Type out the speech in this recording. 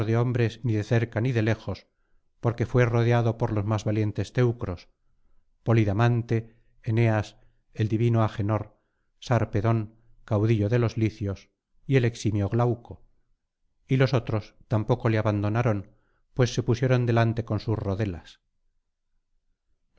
hombres ni de cerca ni de lejos porque fué rodeado por los más valientes teucros polidamante eneas el divino agenor sarpedón caudillo de los licios y el eximio glauco y los otros tampoco le abandonaron pues se pusieron delante con sus rodelas